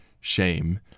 shame